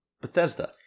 bethesda